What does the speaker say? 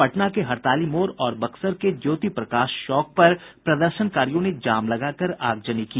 पटना के हड़ताली मोड़ और बक्सर के ज्योति प्रकाश चौक पर प्रदर्शनकारियों ने जाम लगाकर आगजनी की